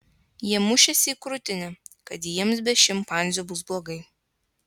jie mušėsi į krūtinę kad jiems be šimpanzių bus blogai